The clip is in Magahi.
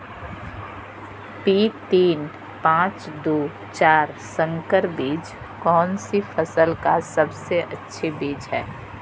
पी तीन पांच दू चार संकर बीज कौन सी फसल का सबसे अच्छी बीज है?